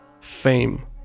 fame